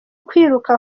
kwiruka